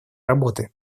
работы